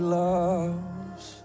loves